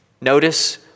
Notice